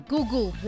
Google